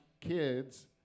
kids